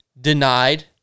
denied